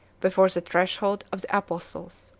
before the threshold of the apostles.